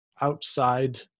outside